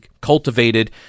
cultivated